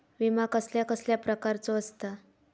विमा कसल्या कसल्या प्रकारचो असता?